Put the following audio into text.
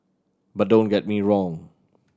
but don't get me wrong